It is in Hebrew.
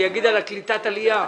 אני אגיד על קליטת העלייה.